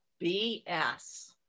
bs